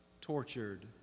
tortured